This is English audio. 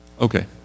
okay